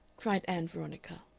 cried ann veronica.